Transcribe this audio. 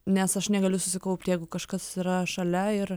nes aš negaliu susikaupti jeigu kažkas yra šalia ir